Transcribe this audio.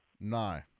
No